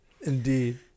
indeed